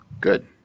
Good